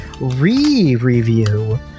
re-review